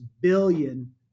billion